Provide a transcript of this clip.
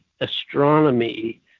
astronomy